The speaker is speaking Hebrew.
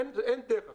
אין דרך אחרת.